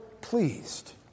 pleased